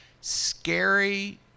scary